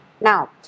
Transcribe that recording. now